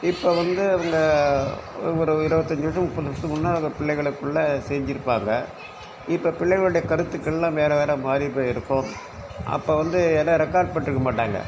இப்போ வந்து அவங்க ஒரு இருவத்தஞ்சி வருஷம் முப்பது வருஷத்துக்கு முன்னால் அந்த பிள்ளைங்களுக்குள்ள செஞ்சுருப்பாங்க இப்போ பிள்ளைங்களுடைய கருத்துக்களெலாம் வேறு வேறு மாறி போயிருக்கும் அப்போ வந்து எதும் ரெக்கார்ட் போட்டிருக்க மாட்டாங்க